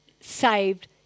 saved